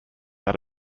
that